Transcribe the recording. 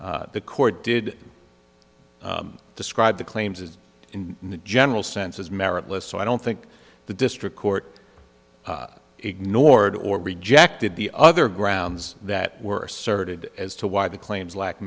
upon the court did described the claims as in the general sense as meritless so i don't think the district court ignored or rejected the other grounds that were asserted as to why the claims lack